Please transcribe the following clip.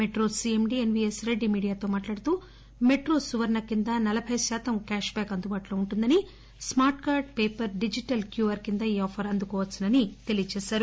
metro CMD NVS Reddy మీడియాతో మాట్లాడుతూ metro Suvarna కింద నలబై శాతం క్యాష్ బ్యాక్ అందుబాటులో ఉంటుందని smart card paper digital QR కింద ఈ ఆఫర్ అందుకోవచ్చునని తెలియచేసారు